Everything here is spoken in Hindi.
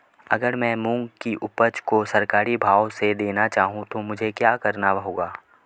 अगर मैं मूंग की उपज को सरकारी भाव से देना चाहूँ तो मुझे क्या करना होगा?